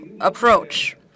approach